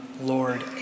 Lord